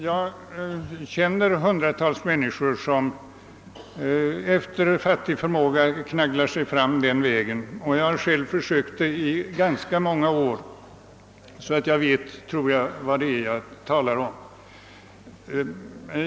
Jag känner hundratals människor, som efter fattig förmåga knagglar sig fram den vägen, och jag har själv försökt det i ganska många år, så jag vet — tror jag — vad det är jag talar om.